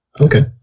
Okay